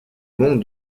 monde